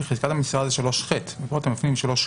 כי חזקת המסירה זה 3ח ופה אתם מפנים ל-3ה